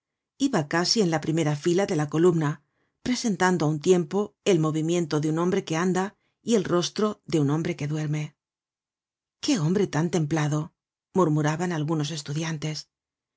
iba casi en la primera fila de la columna presentando á un tiempo el movimiento de un hombre que anda y el rostro de un hombre que duerme qué hombre tan templado murmuraban algunos estudiantes